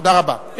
תודה רבה.